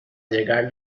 llegar